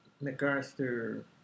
MacArthur